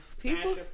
People